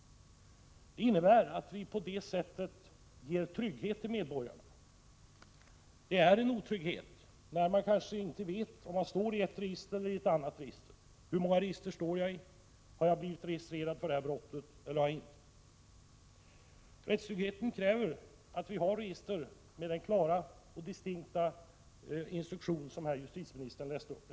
På det sättet ger vi trygghet åt medborgarna. Det är en otrygghet att inte veta om man står i ett register eller i ett annat. Man kan undra: Har jag blivit registrerad för det här brottet eller har jag inte? Hur många register står jag i? Rättstryggheten kräver att vi har register med den klara och distinkta instruktion som justitieministern här läste upp.